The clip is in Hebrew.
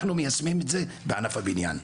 אנחנו מיישמים את זה בענף הבניין.